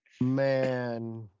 Man